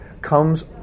comes